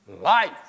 Life